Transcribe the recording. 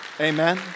Amen